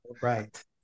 right